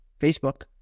Facebook